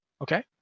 okay